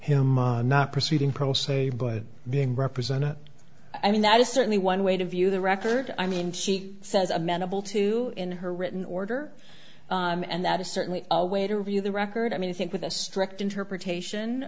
him not proceeding pro se but being represented i mean that is certainly one way to view the record i mean she says amenable to in her written order and that is certainly a way to review the record i mean i think with a strict interpretation